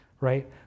right